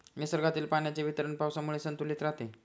निसर्गातील पाण्याचे वितरण पावसामुळे संतुलित राहते